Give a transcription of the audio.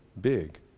big